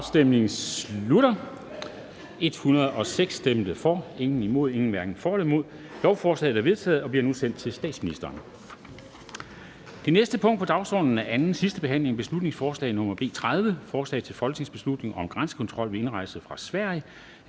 LA), imod stemte 0, hverken for eller imod stemte 0. Lovforslaget er enstemmigt vedtaget og bliver nu sendt til statsministeren. --- Det næste punkt på dagsordenen er: 6) 2. (sidste) behandling af beslutningsforslag nr. B 30: Forslag til folketingsbeslutning om grænsekontrol ved indrejse fra Sverige